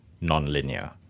non-linear